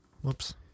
Whoops